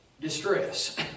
distress